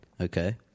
Okay